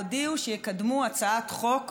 הודיעו שיקדמו הצעת חוק